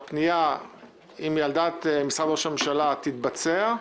שאם הפנייה היא על דעת משרד ראש הממשלה אז שהיא תתבצע.